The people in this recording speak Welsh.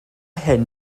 hyn